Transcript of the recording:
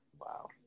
Wow